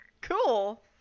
cool